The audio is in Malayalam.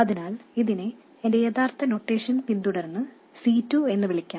അതിനാൽ ഇതിനെ എന്റെ യഥാർത്ഥ നൊട്ടേഷൻ പിന്തുടർന്ന് C2 എന്ന് വിളിക്കാം